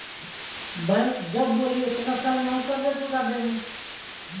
bank जब बोली ओतना साल में हम कर्जा चूका देम